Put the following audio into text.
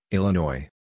Illinois